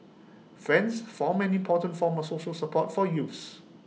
friends form an important form of social support for youths